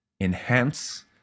enhance